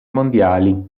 mondiali